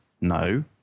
no